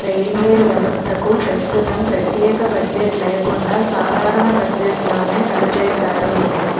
railway వ్యవస్థకు ప్రస్తుతం ప్రత్యేక బడ్జెట్ లేకుండా సాధారణ బడ్జెట్లోనే కలిపేశారు